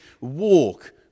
walk